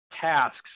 tasks